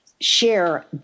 share